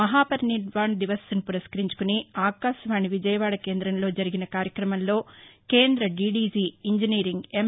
మహా పరినిర్వాణ్ దివస్ ను పురస్కరించుకుని ఆకాశవాణి విజయవాడ కేందంలో జరిగిన కార్యక్రమంలో కేంద డిడిజి ఇంజనీరింగ్ ఎం